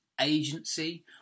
agency